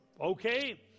Okay